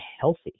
healthy